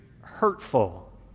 hurtful